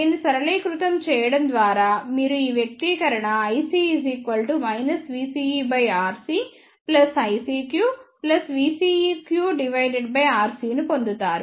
దీన్ని సరళీకృతం చేయడం ద్వారా మీరు ఈ వ్యక్తీకరణ ic vCErcICQVCEQrcను పొందుతారు